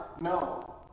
No